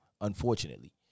Unfortunately